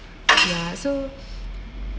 ya so